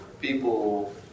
people